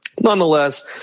nonetheless